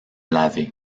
laver